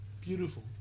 Beautiful